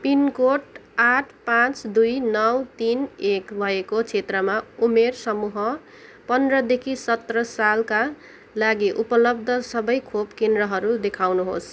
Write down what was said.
pin code आठ पाँच दुई नौ तिन एक भएको क्षेत्रमा उमेर समूह पन्ध्रदेखि सत्र सालका लागि उपलब्ध सबै खोप केन्द्रहरू देखाउनुहोस्